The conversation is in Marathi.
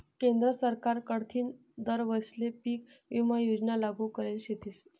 केंद्र सरकार कडथीन दर वरीसले पीक विमा योजना लागू करेल शेतीस